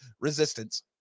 resistance